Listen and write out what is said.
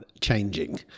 changing